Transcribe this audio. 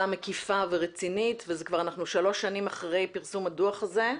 מקיפה ורצינית ואנחנו כבר שלוש שנים אחרי פרסום הדוח הזה.